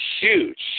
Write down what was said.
huge